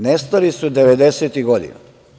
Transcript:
Nestali su 90-ih godina.